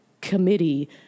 committee